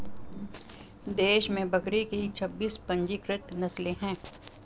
देश में बकरी की छब्बीस पंजीकृत नस्लें हैं